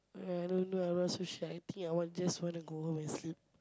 I don't know I'm not so sure I think I want just want to go home and sleep